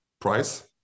price